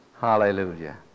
hallelujah